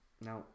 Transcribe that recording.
now